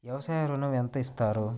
వ్యవసాయ ఋణం ఎంత ఇస్తారు?